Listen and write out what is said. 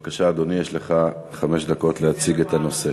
בבקשה, אדוני, יש לך חמש דקות להציג את הנושא.